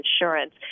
insurance